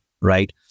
Right